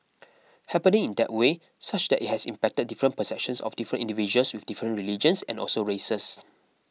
happening in that way such that it has impacted different perceptions of different individuals with different religions and also races